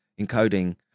encoding